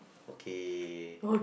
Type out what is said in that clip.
okay